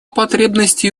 потребностей